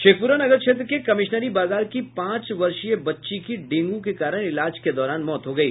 शेखपुरा नगर क्षेत्र के कमिशनरी बाजार की पांच बर्षीय बच्ची की डेंगू के कारण इलाज के दौरान मौत हो गयी